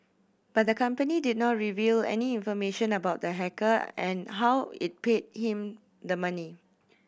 but the company did not reveal any information about the hacker and how it paid him the money